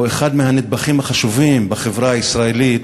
אחד מהנדבכים החשובים בחברה הישראלית,